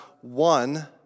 one